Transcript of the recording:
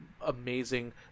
amazing